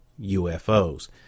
UFOs